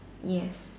yes